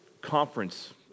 conference